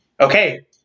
okay